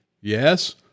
yes